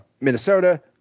Minnesota